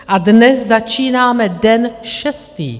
A dnes začínáme den šestý.